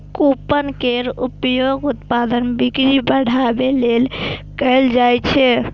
coupon केर उपयोग उत्पादक बिक्री बढ़ाबै लेल कैल जाइ छै